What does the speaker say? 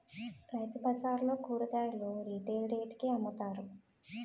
రైతుబజార్లలో కూరగాయలు రిటైల్ రేట్లకే అమ్ముతారు